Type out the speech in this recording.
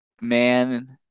man